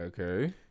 Okay